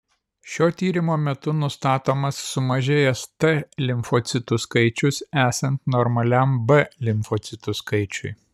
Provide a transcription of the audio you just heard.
šio tyrimo metu nustatomas sumažėjęs t limfocitų skaičius esant normaliam b limfocitų skaičiui